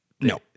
No